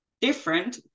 different